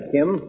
Kim